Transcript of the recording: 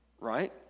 right